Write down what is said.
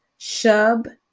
Shub